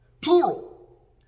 plural